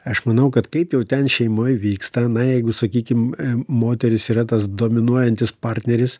aš manau kad kaip jau ten šeimoj vyksta na jeigu sakykim moteris yra tas dominuojantis partneris